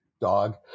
dog